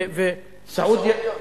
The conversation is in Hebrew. כמו סעודיה?